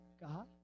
God